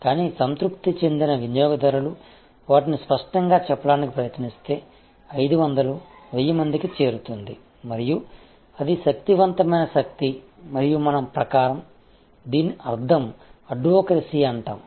కానీ సంతృప్తి చెందిన వినియోగదారులు వాటిని స్పష్టంగా చెప్పడానికి ప్రయత్నిస్తే 500 1000 మందికి చేరుతుంది మరియు అది శక్తివంతమైన శక్తి మరియు మన ప్రకారం దీని అర్థం అడ్వొకెసీ అంటాము